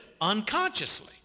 unconsciously